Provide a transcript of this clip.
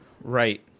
Right